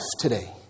today